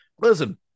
listen